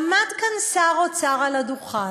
עמד כאן שר האוצר על הדוכן,